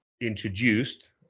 introduced